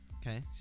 Okay